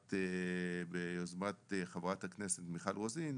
שהזכרת ביוזמת חברת הכנסת מיכל רוזין,